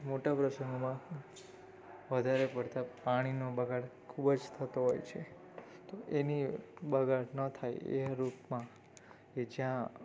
મોટા પ્રસંગોમાં વધારે પડતાં પાણીનો બગાડ ખૂબ જ થતો હોય છે તો એની બગાડ ન થાય એ રૂપમાં એ જ્યાં